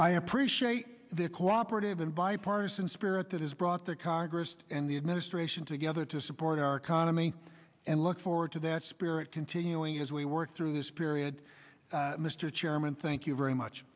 i appreciate the cooperative and bipartisan spirit that has brought the congress and the administration together to support our economy and look forward to that spirit continuing as we work through this period mr chairman thank you very much